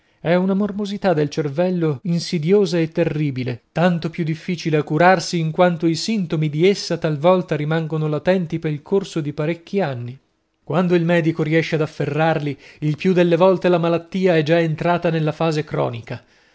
è una morbosità del cervello insidiosa e terribile tanto più difficile a curarsi in quanto i sintomi di essa talvolta rimangano latenti pel corso di parecchi anni quando il medico riesce ad afferrarli il più delle volte la malattia è già entrata nella fase cronica